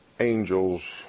angels